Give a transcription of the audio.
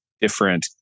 different